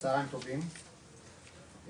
צוהריים טובים,